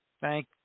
Thank